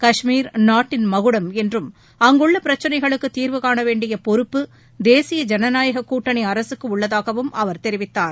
கஷ்மீர் நாட்டின் மகுடம் என்றும் அங்குள்ள பிரச்சினைகளுக்கு தீர்வு காண வேண்டிய பொறுப்பு தேசிய ஜனநாயக கூட்டணி அரசுக்கு உள்ளதாகவும் அவர் தெரிவித்தார்